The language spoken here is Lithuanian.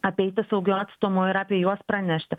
apeiti saugiu atstumu ir apie juos pranešti